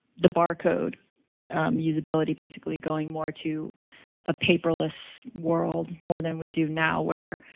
the bar code usability basically going more to a paperless world more than we do now where,